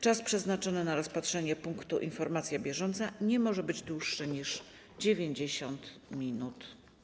Czas przeznaczony na rozpatrzenie punktu: Informacja bieżąca nie może być dłuższy niż 90 minut.